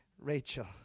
Rachel